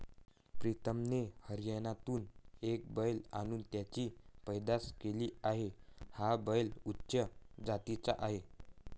प्रीतमने हरियाणातून एक बैल आणून त्याची पैदास केली आहे, हा बैल उच्च जातीचा आहे